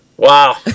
Wow